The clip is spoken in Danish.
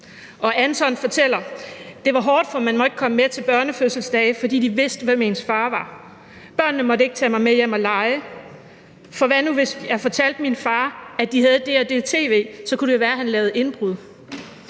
Og Anton fortæller: Det var hårdt, for man måtte ikke komme med til børnefødselsdage, fordi de vidste, hvem ens far var. Børnene måtte ikke tage mig med hjem og lege, for hvad nu hvis jeg fortalte min far, at de havde det og det tv, så kunne det jo være, han lavede indbrud.